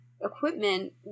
equipment